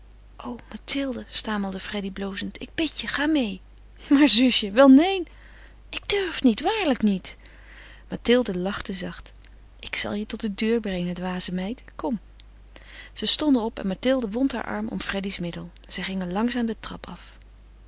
mathilde stamelde freddy blozend ik bid je ga meê maar zusje wel neen ik durf niet waarlijk niet mathilde lachte zacht ik zal je tot de deur brengen dwaze meid kom zij stonden op en mathilde wond haar arm om freddy's middel zij gingen langzaam de trap af